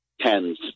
tens